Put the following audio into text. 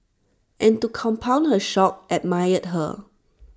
and to compound her shock admired her